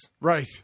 Right